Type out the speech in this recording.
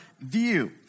view